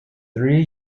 three